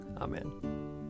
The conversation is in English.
Amen